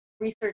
research